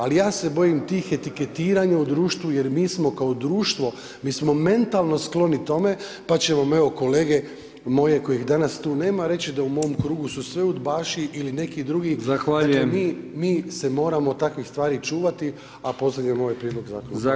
Ali ja se bojim tih etiketiranja u društvu jer mi smo kao društvo, mi smo mentalno skloni tome pa će vam evo kolege moje kojih danas tu nema reći da u mom krugu su sve udbaši ili neki drugi [[Upadica Brkić: Zahvaljujem.]] Dakle mi se moramo takvih stvari čuvati, a pozdravljam ovaj prijedlog zakona.